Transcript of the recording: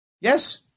Yes